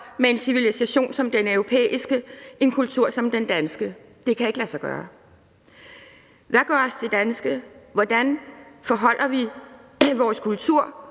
med en civilisation som den europæiske og en kultur som den danske? Det kan ikke lade sig gøre. Hvad gør os til danske? Hvordan forholder vi os til vores kultur,